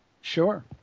Sure